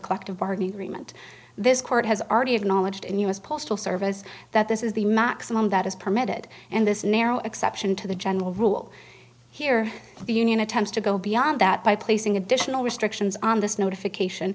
collective bargaining agreement this court has already acknowledged in us postal service that this is the maximum that is permitted and this narrow exception to the general rule here the union attempts to go beyond that by placing additional restrictions on this notification